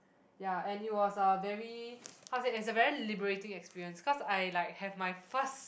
ya and it was a very how to say it's a very liberating experience cause I like have my first